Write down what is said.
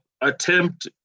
attempt